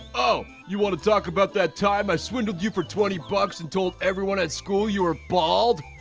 oh, you wanna talk about that time i swindled you for twenty bucks and told everyone at school you were bald?